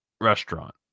restaurant